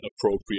appropriate